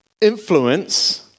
influence